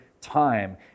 time